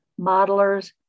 modelers